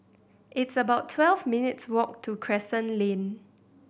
it's about twelve minutes' walk to Crescent Lane